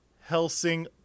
Helsing